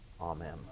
Amen